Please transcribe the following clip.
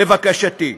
לבקשתי.